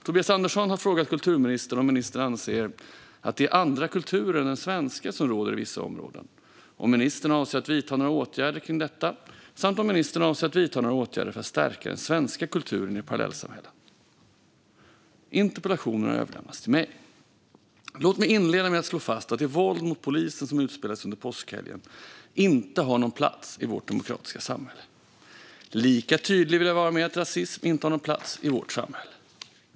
Tobias Andersson har frågat kulturministern om ministern anser att det är andra kulturer än den svenska som råder i vissa områden, om ministern avser att vidta åtgärder kring detta samt om ministern avser att vidta några åtgärder för att stärka den svenska kulturen i parallellsamhällen. Interpellationen har överlämnats till mig. Låt mig inleda med att slå fast att det våld mot polisen som utspelade sig under påskhelgen inte har någon plats i vårt demokratiska samhälle. Lika tydlig vill jag vara med att rasism inte har någon plats i vårt samhälle.